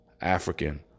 African